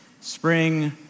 Spring